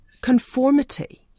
conformity